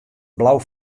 blau